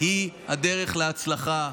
היא הדרך להצלחה.